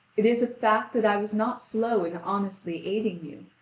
it is a fact that i was not slow in honestly aiding you.